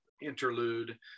interlude